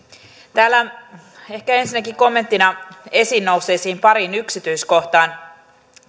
ehkä ensinnäkin kommenttina täällä esiin nousseisiin pariin yksityiskohtaan